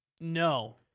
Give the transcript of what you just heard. No